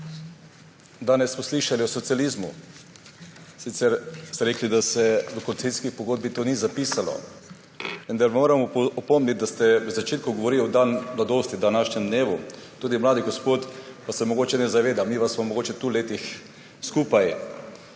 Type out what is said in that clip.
Danes smo slišali o socializmu. Sicer ste rekli, da se v koalicijsko pogodbo tega ni zapisalo, vendar moram opomniti, da ste v začetku govorili o dnevu mladosti, današnjem dnevu. Tudi mladi gospod, pa se mogoče ne zaveda, midva pa sva mogoče v letih skupaj.